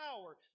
power